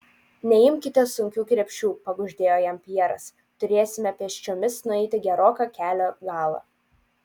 neimkite sunkių krepšių pakuždėjo jam pjeras turėsime pėsčiomis nueiti geroką kelio galą